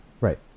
right